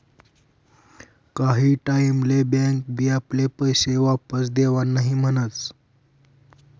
काही टाईम ले बँक बी आपले पैशे वापस देवान नई म्हनस